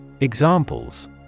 Examples